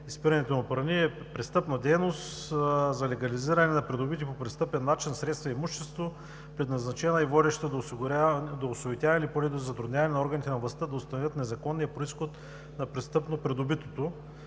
„изпирането на пари е престъпна дейност за легализиране на придобити по престъпен начин средства и имущество, предназначено и водещо до осуетяване или поне до затрудняване на органите на властта да установят незаконния произход на престъпно придобитото,